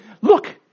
Look